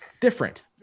different